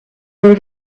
were